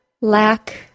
lack